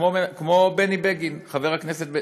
כמו חבר הכנסת בני בגין,